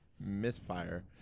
misfire